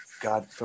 God